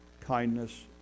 kindness